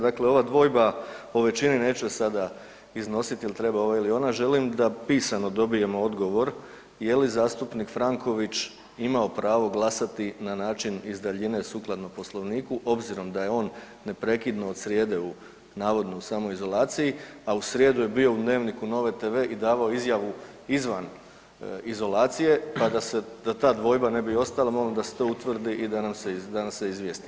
Dakle ova dvojba o većini neću je sada iznositi je li treba ovo ili ono, želim da pisano dobijemo odgovor je li zastupnik Franković imao pravo glasati na način iz daljine sukladno Poslovniku obzirom da je on neprekidno od srijede u navodnoj samoizolaciji, a u srijedu je bio u Dnevniku Nove TV i davao izjavu izvan izolacije, pa da ta dvojba ne bi ostala, molim da se to utvrdi i da nas se izvijesti.